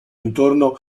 intorno